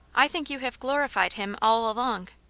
i think you have glorified him all along.